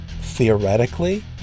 Theoretically